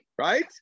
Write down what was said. right